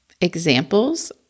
Examples